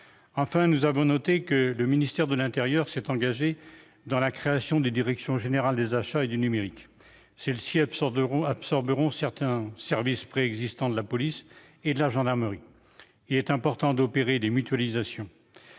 Enfin, nous avons noté que le ministère de l'intérieur s'est engagé dans la création de directions générales des achats et du numérique. Celles-ci absorberont certains services préexistants de la police et de la gendarmerie. Il est important d'opérer des mutualisations.